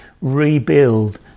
rebuild